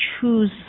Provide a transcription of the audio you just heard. choose